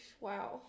wow